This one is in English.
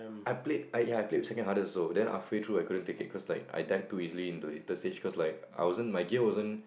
I played ya I played with second hardest also then halfway through I couldn't take it cause like I died too easily in the later stage cause like I wasn't my game wasn't